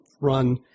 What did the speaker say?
run